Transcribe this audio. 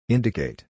Indicate